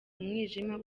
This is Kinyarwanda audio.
umwijima